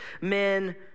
men